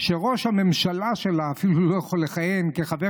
שראש הממשלה אפילו לא יכול לכהן כחבר